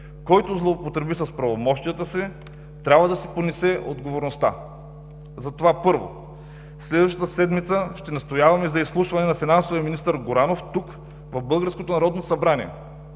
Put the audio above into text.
който злоупотреби с правомощията си, трябва да си понесе отговорността. Затова: 1. Следващата седмица ще настояваме за изслушване на финансовия министър Горанов, тук, в